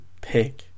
pick